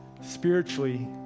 spiritually